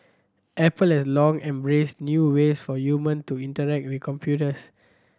Apple has long embraced new ways for human to interact with computers